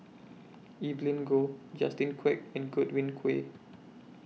Evelyn Goh Justin Quek and Godwin Koay